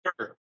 Sure